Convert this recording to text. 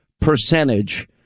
percentage